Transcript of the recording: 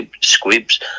squibs